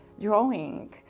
drawing